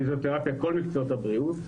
פיזיותרפיה - כל מקצועות הבריאות.